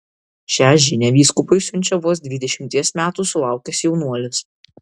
šią žinią vyskupui siunčia vos dvidešimties metų sulaukęs jaunuolis